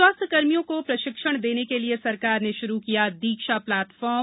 स्वास्थ्यकर्मियों को प्रशिक्षण देने के लिए सरकार ने शुरू किया दीक्षा प्लेटफॉर्म